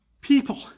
People